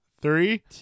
Three